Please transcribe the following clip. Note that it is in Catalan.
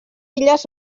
illes